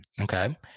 Okay